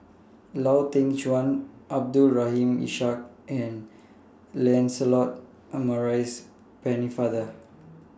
Lau Teng Chuan Abdul Rahim Ishak and Lancelot Maurice Pennefather